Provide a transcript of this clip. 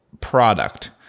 product